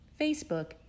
Facebook